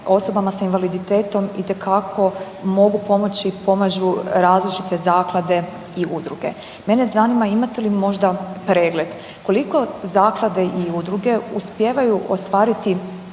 osobama s invaliditetom itekako mogu pomoći i pomažu različite zaklade i udruge. Mene zanima imate li možda pregled koliko zaklade i udruge uspijevaju ostvariti